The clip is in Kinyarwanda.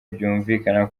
byumvikana